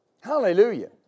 Hallelujah